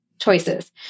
choices